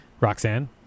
roxanne